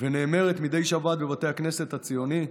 ונאמרת מדי שבת בבתי הכנסת הציוניים: